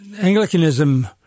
Anglicanism